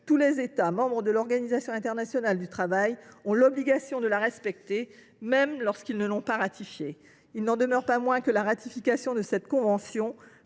tous les États membres de l’Organisation internationale du travail ont l’obligation de la respecter, en l’absence même de ratification. Il n’en demeure pas moins que la ratification de cette convention